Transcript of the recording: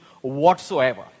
whatsoever